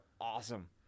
awesome